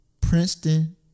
Princeton